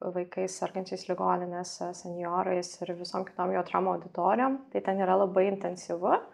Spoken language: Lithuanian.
vaikais sergančiais ligoninėse senjorais ir visom kitom jautriom auditorijom tai ten yra labai intensyvu